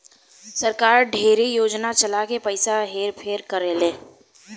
सरकार ढेरे योजना चला के पइसा हेर फेर करेले